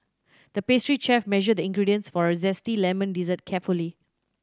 the pastry chef measured the ingredients for a zesty lemon dessert carefully